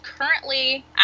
currently